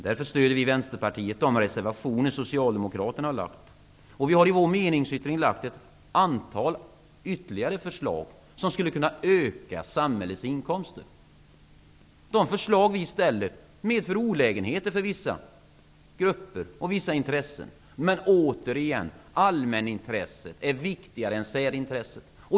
Därför stöder Vänsterpartiet de reservationer som Socialdemokraterna har lagt. Vi har i vår meningsyttring lagt fram ytterligare ett antal förslag som skulle kunna öka samhällets inkomster. De förslag vi lägger fram medför olägenheter för vissa grupper och vissa intressen, men återigen är allmänintresset viktigare än särintresset.